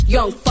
Young